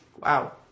Wow